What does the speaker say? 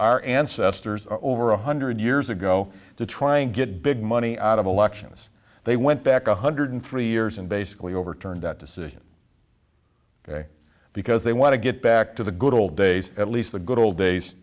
our ancestors are over one hundred years ago to try and get big money out of elections they went back one hundred three years and basically overturned that decision ok because they want to get back to the good old days at least the good old days